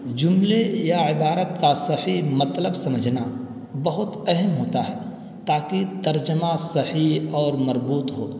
جملے یا عبارت کا صحیح مطلب سمجھنا بہت اہم ہوتا ہے تاکہ ترجمہ صحیح اور مربوط ہو